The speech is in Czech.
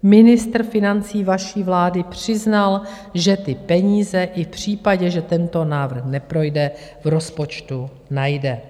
Ministr financí vaší vlády přiznal, že ty peníze i v případě, že tento návrh neprojde, v rozpočtu najde.